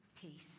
peace